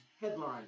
headline